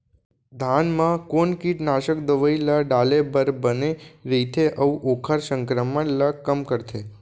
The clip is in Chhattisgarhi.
धान म कोन कीटनाशक दवई ल डाले बर बने रइथे, अऊ ओखर संक्रमण ल कम करथें?